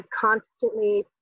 constantly